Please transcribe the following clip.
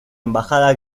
embajada